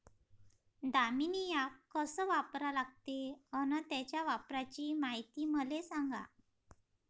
Damini app कस वापरा लागते? अन त्याच्या वापराची मायती मले सांगा